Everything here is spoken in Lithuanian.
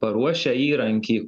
paruošę įrankį